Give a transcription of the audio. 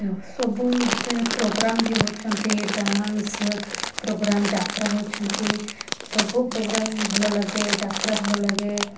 ସବୁ ଯେ ପ୍ରୋଗ୍ରାମ୍ ବି ହଉଛନ୍ତି ଡ୍ୟାନ୍ସ ପ୍ରୋଗ୍ରାମ୍ ଯାତ୍ରା ହଉଛନ୍ତି ସବୁ ପ୍ରୋଗ୍ରାମ୍ ଭଲ ଲାଗେ ଯାତ୍ରା ଭଲ ଲାଗେ